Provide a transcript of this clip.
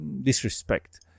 disrespect